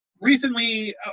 recently